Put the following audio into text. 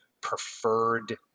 preferred